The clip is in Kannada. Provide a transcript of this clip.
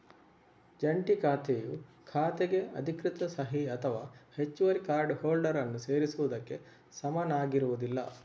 ಜಂಟಿ ಖಾತೆಯು ಖಾತೆಗೆ ಅಧಿಕೃತ ಸಹಿ ಅಥವಾ ಹೆಚ್ಚುವರಿ ಕಾರ್ಡ್ ಹೋಲ್ಡರ್ ಅನ್ನು ಸೇರಿಸುವುದಕ್ಕೆ ಸಮನಾಗಿರುವುದಿಲ್ಲ